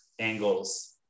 angles